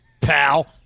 Pal